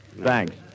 Thanks